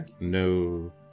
No